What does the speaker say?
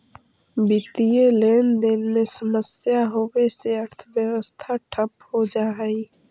वित्तीय लेनदेन में समस्या होवे से अर्थव्यवस्था ठप हो जा हई